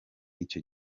icyo